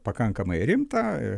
pakankamai rimta